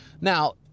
Now